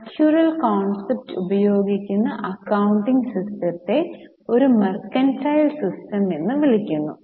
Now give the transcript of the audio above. accrual concept ഉപയോഗിക്കുന്ന accounting സിസ്റ്റത്തെ ഒരു മെർകന്റൈൽ സിസ്റ്റം എന്ന് വിളിക്കുന്നു